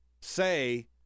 say